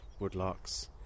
woodlarks